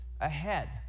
ahead